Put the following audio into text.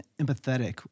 empathetic